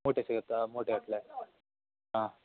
ಮೂಟೆ ಸಿಗುತ್ತಾ ಮೂಟೆ ಗಟ್ಟಲೆ ಹಾಂ